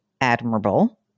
admirable